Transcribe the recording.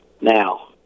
Now